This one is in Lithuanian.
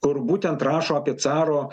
kur būtent rašo apie caro